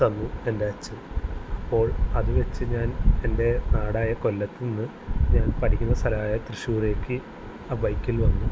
തന്നു എൻ്റെ അച്ഛൻ അപ്പോൾ അതു വെച്ച് ഞാൻ എൻ്റെ നാടായ കൊല്ലത്ത് നിന്ന് ഞാൻ പഠിക്കുന്ന സ്ഥലമായ തൃശ്ശൂരേക്ക് ആ ബൈക്കിൽ വന്നു